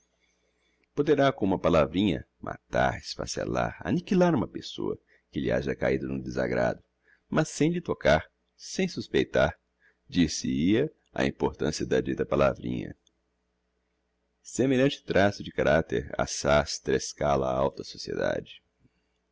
poderá com uma palavrinha matar esfacelar anniquilar uma pessoa que lhe haja cahido no desagrado mas sem lhe tocar sem suspeitar dir se hia a importancia da dita palavrinha semelhante traço de caracter assás trescala a alta sociedade